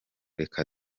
reka